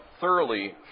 thoroughly